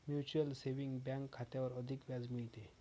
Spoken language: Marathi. म्यूचुअल सेविंग बँक खात्यावर अधिक व्याज मिळते